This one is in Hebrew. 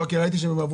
כן.